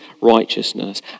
righteousness